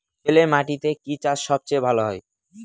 বেলে মাটিতে কি চাষ সবচেয়ে ভালো হয়?